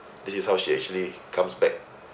this is how she actually comes back